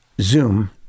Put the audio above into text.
Zoom